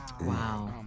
Wow